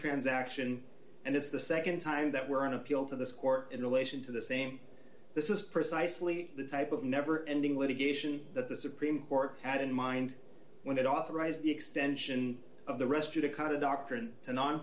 transaction and it's the nd time that were an appeal to this court in relation to the same this is precisely the type of never ending litigation that the supreme court had in mind when it authorized the extension of the rest of the kind of doctrine to non